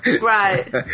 Right